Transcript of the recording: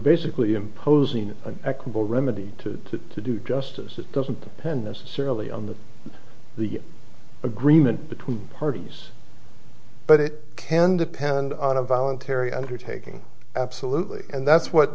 basically imposing equable remedy to to do justice that doesn't depend necessarily on the the agreement between parties but it can depend on a voluntary undertaking absolutely and that's what